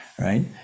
right